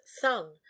son